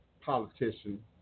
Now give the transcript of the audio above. politician